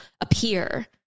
appear